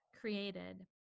created